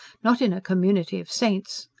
not in a community of saints!